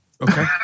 Okay